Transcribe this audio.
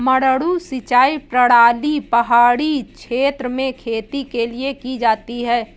मडडू सिंचाई प्रणाली पहाड़ी क्षेत्र में खेती के लिए की जाती है